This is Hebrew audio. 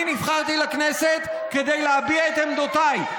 אני נבחרתי לכנסת כדי להביע את עמדותיי,